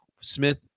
Smith